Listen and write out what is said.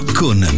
con